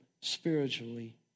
spiritually